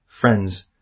Friends